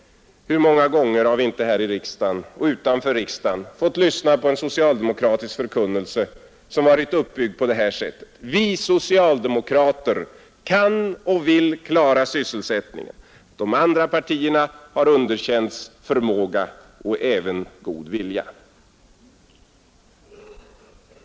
Hur många gånger har vi inte här i riksdagen och utanför riksdagen fått lyssna på en socialdemokratisk förkunnelse som varit uppbyggd på det här sättet: Vi socialdemokrater kan och vill klara sysselsättningen! De andra partierna har underkänts förmåga och även god vilja.